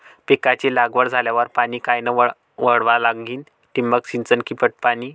पिकाची लागवड झाल्यावर पाणी कायनं वळवा लागीन? ठिबक सिंचन की पट पाणी?